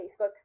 Facebook